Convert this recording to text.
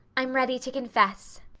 i'm ready to confess.